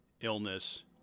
illness